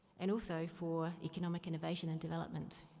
and also for economic innovation and development.